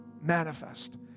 manifest